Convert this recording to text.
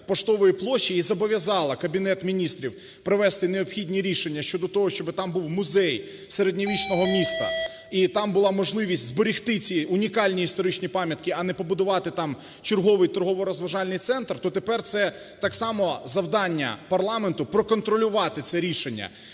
Поштової площі і зобов'язала Кабінет Міністрів провести необхідні рішення щодо того, щоб там був музей середньовічного міста і там була можливість зберегти ці унікальні історичні пам'ятки, а не побудувати там черговий торгово-розважальний центр, то тепер це так само завдання парламенту, проконтролювати це рішення,